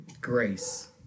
grace